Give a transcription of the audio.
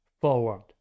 forward